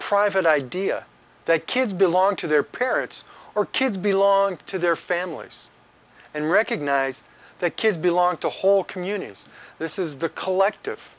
private idea that kids belong to their parents or kids belong to their families and recognize that kids belong to whole communities this is the collective